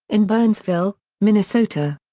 in burnsville, minnesota.